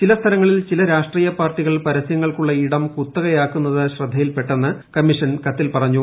ചില സ്ഥലങ്ങളിൽ ചില രാഷ്ട്രീയ പാർട്ടികൾ പരസൃങ്ങൾക്കുള്ള ഇടം കുത്തകയാക്കുന്നത് ശ്രദ്ധയിൽപ്പെട്ട്ടുന്ന് കമ്മീഷൻ കത്തിൽ പറഞ്ഞു